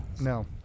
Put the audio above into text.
No